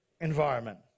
environment